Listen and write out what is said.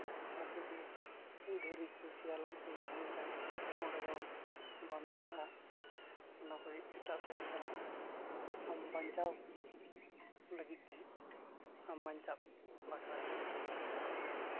ᱟᱨ ᱡᱩᱫᱤ ᱫᱷᱤᱨᱤ ᱠᱚ ᱥᱮᱭᱟᱞᱚᱢ ᱠᱚ ᱛᱟᱦᱮᱸ ᱞᱮᱱᱠᱷᱟᱱ ᱛᱳ ᱚᱸᱰᱮ ᱫᱚ ᱵᱟᱢ ᱪᱟᱞᱟᱜᱼᱟ ᱚᱱᱟ ᱠᱷᱚᱱ ᱮᱴᱟᱜ ᱥᱮᱫ ᱮᱢ ᱪᱟᱞᱟᱜᱼᱟ ᱟᱢ ᱵᱟᱧᱪᱟᱣ ᱞᱟᱹᱜᱤᱫ ᱛᱮ ᱟᱢ ᱵᱟᱧᱪᱟᱜ ᱵᱟᱠᱷᱨᱟᱛᱮ